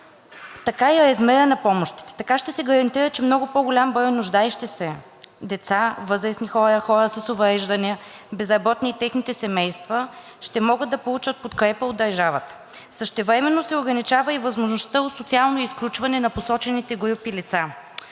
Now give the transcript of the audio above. така и размера на помощите. Така ще се гарантира, че много по-голям брой нуждаещи се деца, възрастни хора, хора с увреждания, безработни и техните семейства ще могат да получат подкрепа от държавата. Същевременно се ограничава и възможността от социално изключване на посочените групи лица.